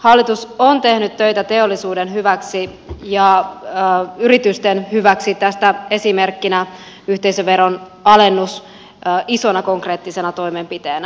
hallitus on tehnyt töitä teollisuuden hyväksi ja yritysten hyväksi tästä esimerkkinä yhteisöveron alennus isona konkreettisena toimenpiteenä